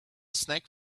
snake